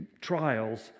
trials